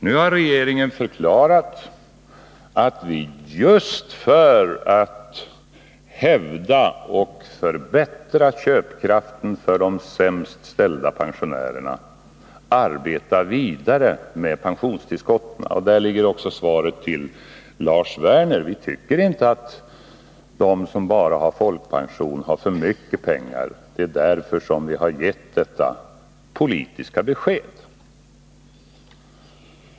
Nu har regeringen förklarat att vi just för att hävda och förbättra köpkraften för de sämst ställda pensionärerna arbetar vidare med pensionstillskotten. Där ligger också svaret till Lars Werner: Vi tycker inte att de som bara har folkpension har för mycket pengar. Det är därför som vi har givit detta politiska besked.